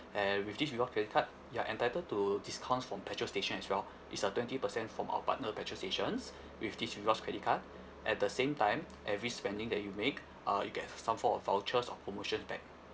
and with this reward credit card you are entitled to discounts from petrol station as well it's a twenty percent from our partner petrol stations with this rewards credit card at the same time every spending that you make uh you get some form of vouchers or promotion pack